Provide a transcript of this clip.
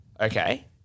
okay